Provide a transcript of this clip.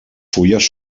fulles